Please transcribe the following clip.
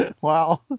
Wow